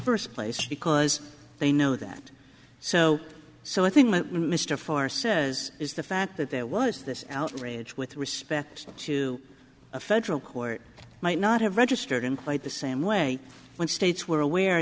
first place because they know that so so i think mr farrer says is the fact that there was this outrage with respect to a federal court might not have registered in quite the same way when states were aware